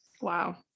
Wow